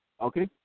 Okay